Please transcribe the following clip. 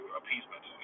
appeasement